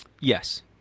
Yes